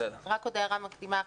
רק עוד הערה מקדימה אחת.